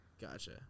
Gotcha